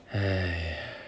eh